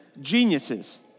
geniuses